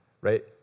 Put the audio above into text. right